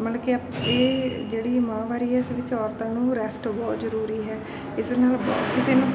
ਮਤਲਬ ਕਿ ਇਹ ਜਿਹੜੀ ਮਾਹਵਾਰੀ ਹੈ ਇਸ ਵਿੱਚ ਔਰਤਾਂ ਨੂੰ ਰੈਸਟ ਬਹੁਤ ਜ਼ਰੂਰੀ ਹੈ ਇਸ ਨਾਲ ਕਿਸੇ ਨੂੰ